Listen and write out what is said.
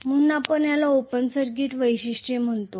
म्हणून आपण याला ओपन सर्किट वैशिष्ट्ये म्हणतो